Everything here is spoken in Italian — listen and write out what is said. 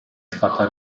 stata